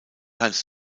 heinz